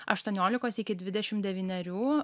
aštuoniolikos iki dvidešim devynerių